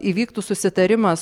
įvyktų susitarimas